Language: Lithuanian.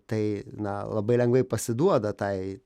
tai na labai lengvai pasiduoda tai